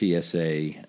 PSA